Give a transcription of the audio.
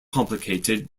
complicated